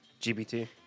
GBT